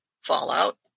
fallout